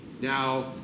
Now